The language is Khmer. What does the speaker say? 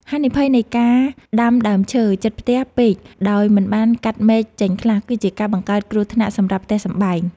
ហានិភ័យនៃការដាំដើមឈើជិតផ្ទះពេកដោយមិនបានកាត់មែកចេញខ្លះ គឺជាការបង្កើតគ្រោះថ្នាក់សម្រាប់ផ្ទះសម្បែង។